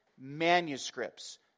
manuscripts